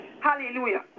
Hallelujah